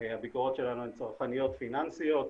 הביקורות שלנו הן צרכניות פיננסיות,